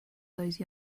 those